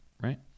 Right